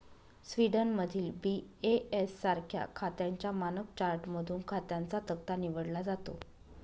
स्वीडनमधील बी.ए.एस सारख्या खात्यांच्या मानक चार्टमधून खात्यांचा तक्ता निवडला जातो